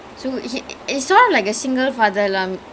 I I always thought karate kid was his first movie sia